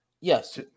Yes